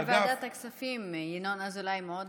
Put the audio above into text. גם בוועדת הכספים ינון אזולאי מאוד